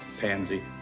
pansy